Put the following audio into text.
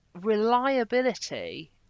reliability